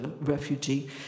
refugee